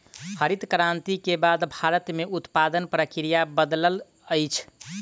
हरित क्रांति के बाद भारत में उत्पादन प्रक्रिया बदलल अछि